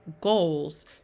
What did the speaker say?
goals